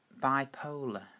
bipolar